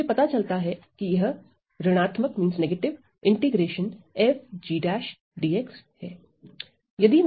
तो मुझे पता चलता है कि यह ऋणात्मक है